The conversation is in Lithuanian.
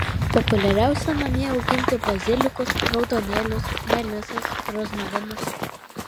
populiariausia namie auginti bazilikus raudonėlius melisas rozmarinus